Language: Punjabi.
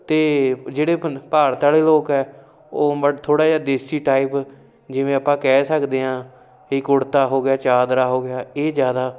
ਅਤੇ ਜਿਹੜੇ ਭਾਰਤ ਵਾਲੇ ਲੋਕ ਹੈ ਉਹ ਥੋੜ੍ਹਾ ਜਿਹਾ ਦੇਸੀ ਟਾਈਪ ਜਿਵੇਂ ਆਪਾਂ ਕਹਿ ਸਕਦੇ ਹਾਂ ਵੀ ਕੁੜਤਾ ਹੋ ਗਿਆ ਚਾਦਰਾ ਹੋ ਗਿਆ ਇਹ ਜ਼ਿਆਦਾ